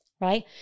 Right